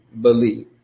believe